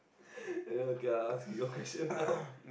okay I'll ask you your question now